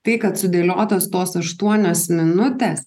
tai kad sudėliotos tos aštuonios minutės